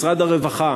משרד הרווחה,